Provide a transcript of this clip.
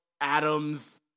Adams